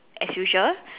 as usual